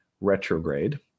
retrograde